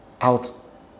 out